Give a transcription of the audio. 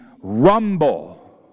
rumble